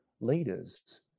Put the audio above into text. leaders